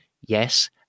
yes